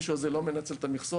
המישהו הזה לא מנצל את המכסות,